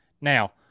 Now